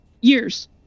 years